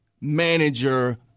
manager